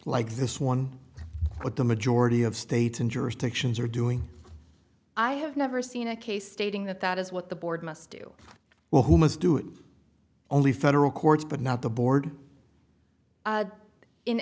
like this one what the majority of states in jurisdictions are doing i have never seen a case stating that that is what the board must do well who must do it only federal courts but not the board